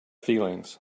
feelings